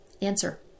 Answer